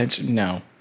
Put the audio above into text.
No